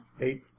Eight